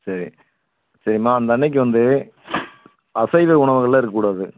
சரி சரிம்மா அந்த அன்றைக்கு வந்து அசைவ உணவுகளெலாம் இருக்கக்கூடாது